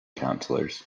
councillors